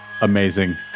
amazing